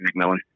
McMillan